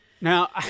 Now